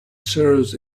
serves